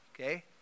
okay